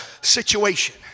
situation